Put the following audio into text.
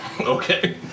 Okay